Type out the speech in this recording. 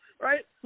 right